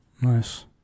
Nice